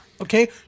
okay